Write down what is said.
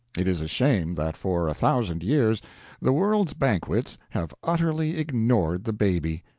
it is a shame that for a thousand years the world's banquets have utterly ignored the baby,